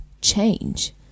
change